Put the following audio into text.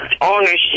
ownership